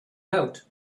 out